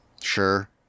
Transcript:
Sure